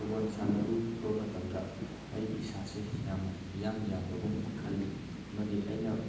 ꯐꯨꯕꯣꯟ ꯁꯥꯟꯅꯔꯨꯕ ꯃꯇꯝꯗ ꯑꯩꯒꯤ ꯏꯁꯥꯁꯦ ꯌꯥꯝꯅ ꯏꯌꯥꯡ ꯌꯥꯡꯕꯒꯨꯝ ꯈꯜꯂꯤ ꯑꯃꯗꯤ ꯑꯩꯅ